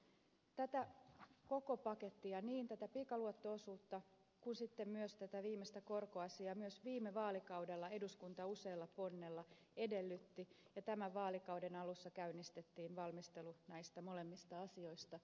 tätä koko pakettia niin tätä pikaluotto osuutta kuin sitten myös tätä viimeistä korkoasiaa myös viime vaalikaudella eduskunta usealla ponnella edellytti ja tämän vaalikauden alussa käynnistettiin valmistelu näistä molemmista asioista